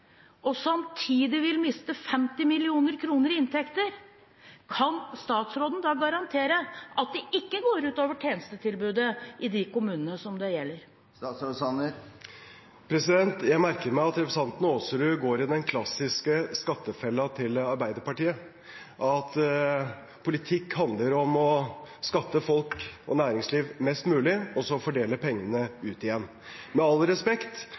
og samtidig vil miste 50 mill. kr i inntekter, kan statsråden da garantere at det ikke går ut over tjenestetilbudet i de kommunene det gjelder? Jeg merker meg at representanten Aasrud går i den klassiske skattefellen til Arbeiderpartiet, at politikk handler om å skatte folk og næringsliv mest mulig, og så fordele pengene ut igjen. Med all respekt,